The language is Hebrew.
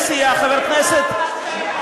דווקא עמיתך לסיעה,